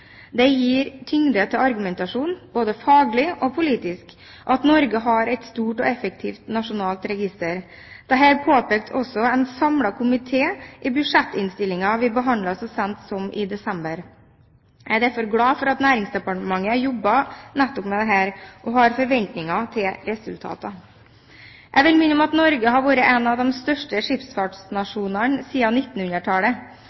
Det gir tyngde til argumentasjonen både faglig og politisk at Norge har et stort og effektivt nasjonalt register. Dette påpekte også en samlet komité i budsjettinnstillingen vi behandlet så sent som i desember. Jeg er derfor glad for at Næringsdepartementet jobber nettopp med dette, og jeg har forventninger til resultatet. Jeg vil minne om at Norge har vært en av de største